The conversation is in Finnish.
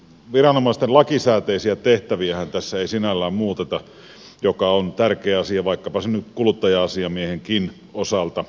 viranomaisten lakisääteisiä tehtäviähän tässä ei sinällään muuteta mikä on tärkeä asia vaikkapa sen kuluttaja asiamiehenkin osalta